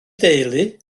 deulu